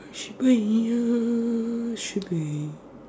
should be you should be